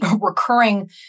recurring